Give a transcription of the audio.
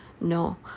No